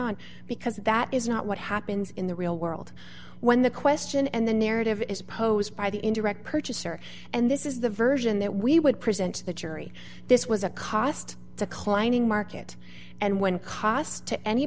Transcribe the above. on because that is not what happens in the real world when the question and the narrative is posed by the indirect purchaser and this is the version that we would present to the jury this was a cost to climbing market and when cost to any